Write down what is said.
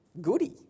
goody